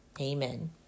amen